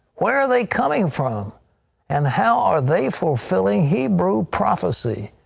where are they coming from and how are they fulfilling hebrew prophecy?